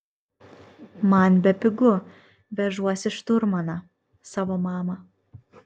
man bepigu vežuosi šturmaną savo mamą